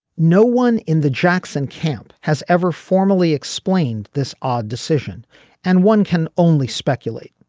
no one in the jackson camp has ever formally explained this odd decision and one can only speculate.